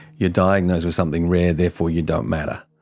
you're diagnosed with something rare, therefore you don't matter.